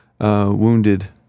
wounded